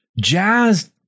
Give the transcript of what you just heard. jazz